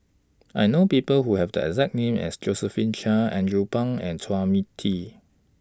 I know People Who Have The exact name as Josephine Chia Andrew Phang and Chua Me Tee